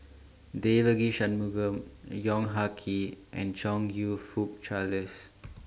Devagi Sanmugam Yong Ah Kee and Chong YOU Fook Charles